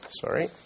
Sorry